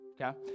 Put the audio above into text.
Okay